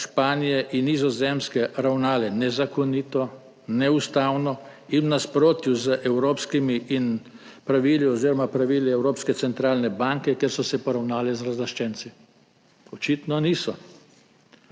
Španije in Nizozemske ravnale nezakonito, neustavno in v nasprotju z evropskimi pravili oziroma pravili Evropske centralne banke, kjer so se poravnali z razlaščenci? Očitno niso.